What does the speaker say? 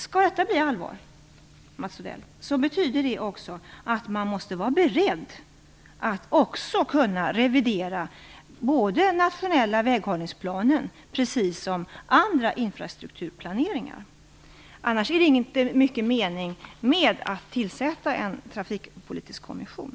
Skall detta bli allvar, Mats Odell, betyder det att man måste vara beredd att också kunna revidera den nationella väghållningsplanen, precis som andra infrastrukturplaneringar. Annars är det inte mycket mening med att tillsätta en trafikpolitisk kommission.